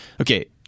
okay